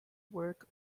work